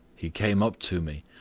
he came up to me,